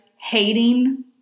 hating